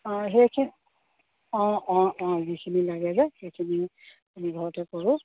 অঁ সেইখিনি অঁ অঁ অঁ যিখিনি লাগে যে সেইখিনি আমি ঘৰতে কৰোঁ